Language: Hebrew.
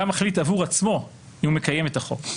גם מחליט עבור עצמו אם הוא מקיים את החוק,